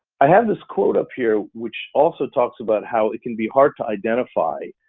i have this quote up here, which also talks about how it can be hard to identify